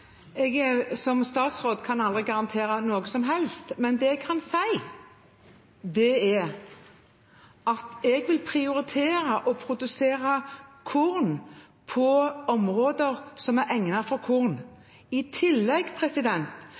jeg aldri garantere noe som helst, men det jeg kan si, er at jeg vil prioritere å produsere korn i områder som er egnet for korn. I tillegg